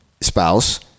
spouse